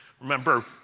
Remember